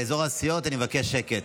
באזור הסיעות אני מבקש שקט.